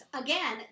again